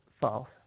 false